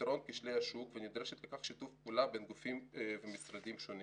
בפתרון כשלי השוק ונדרש לכך שיתוף פעולה בין גופים ומשרדים שונים.